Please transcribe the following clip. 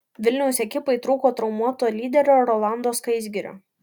vilniaus ekipai trūko traumuoto lyderio rolando skaisgirio